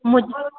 मुझ